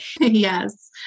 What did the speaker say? Yes